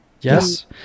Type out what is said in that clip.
yes